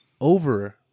over